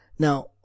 Now